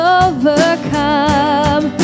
overcome